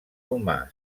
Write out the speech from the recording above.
humà